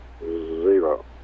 zero